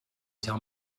tell